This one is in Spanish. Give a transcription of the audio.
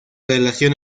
relación